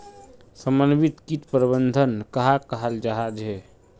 समन्वित किट प्रबंधन कहाक कहाल जाहा झे?